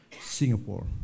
Singapore